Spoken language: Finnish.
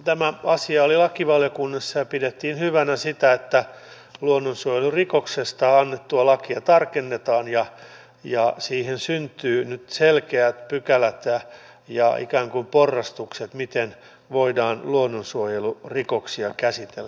tämä asia oli lakivaliokunnassa ja pidettiin hyvänä sitä että luonnonsuojelurikoksesta annettua lakia tarkennetaan ja siihen syntyy nyt selkeät pykälät ja ikään kuin porrastukset miten voidaan luonnonsuojelurikoksia käsitellä